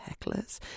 hecklers